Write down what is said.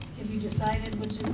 have you decided which